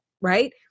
right